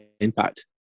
impact